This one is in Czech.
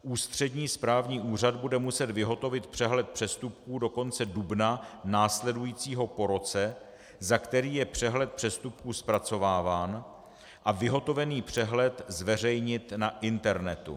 Ústřední správní úřad bude muset vyhotovit přehled přestupků do konce dubna následujícího po roce, za který je přehled přestupků zpracováván, a vyhotovený přehled zveřejnit na internetu.